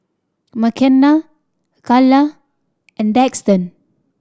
Makenna Kala and Daxton